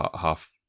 half